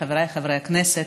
חבריי חברי הכנסת,